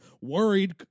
worried